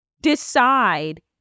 decide